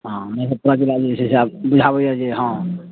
हँ मधेपुरा जिला जे छै से आब बुझाबै यऽ जे हँ